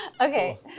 Okay